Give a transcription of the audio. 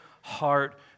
heart